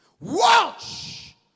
Watch